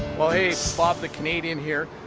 well hey, it's bob the canadian here.